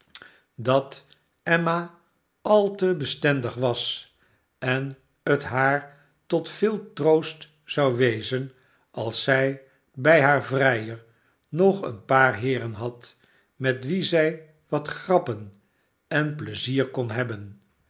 dat emma al te bestendig was en het haar tot veel troost zou wezen als zij bij haar vrijer nog een paar heeren had met wie zij wat grappen en pleizier kon hebben